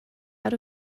out